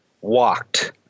walked